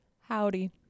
howdy